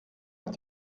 hat